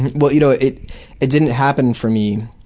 well, you know, it it didn't happen for me,